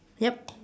yup